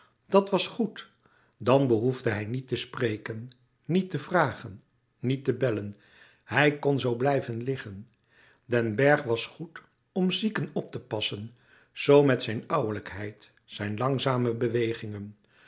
dat was goed dan behoefde hij niet te spreken niet te vragen niet te bellen hij kon zoo blijven liggen den bergh was goed om zieken op te passen zoo met zijn ouwelijkheid zijn langzame bewegingen